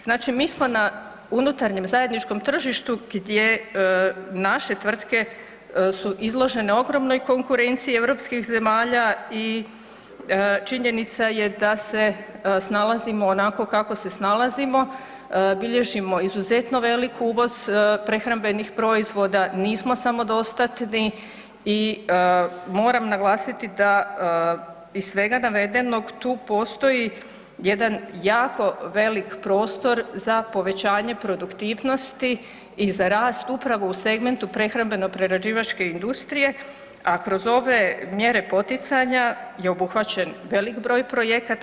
Znači mi smo na unutarnjem zajedničkom tržištu gdje naše tvrtke su izložene ogromnoj konkurenciji europskih zemalja i činjenica je da se snalazimo onako kako se snalazimo, bilježimo izuzetno velik uvoz prehrambenih proizvoda, nismo samodostatni i moram naglasiti da iz svega navedenog tu postoji jedan jako velik prostor za povećanje produktivnosti i za rast upravo u segmentu prehrambeno prerađivačke industrije, a kroz ove mjere poticanja je obuhvaćen broj projekata.